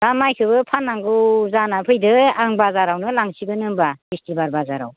दा माइखौबो फाननांगौ जाना फैदों आं बाजारावनो लांसिगोन होनबा बिस्थिबार बाजाराव